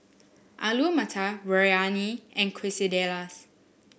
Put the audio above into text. Alu Matar Biryani and Quesadillas